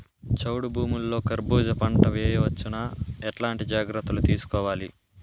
చౌడు భూముల్లో కర్బూజ పంట వేయవచ్చు నా? ఎట్లాంటి జాగ్రత్తలు తీసుకోవాలి?